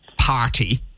party